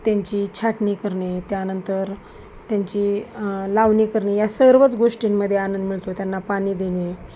त्यांची छाटणी करणे त्यानंतर त्यांची लावणी करणे या सर्वच गोष्टींमध्ये आनंद मिळतो त्यांना पाणी देणे